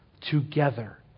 together